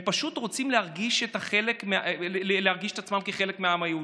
הם פשוט רוצים להרגיש את עצמם כחלק מהעם היהודי,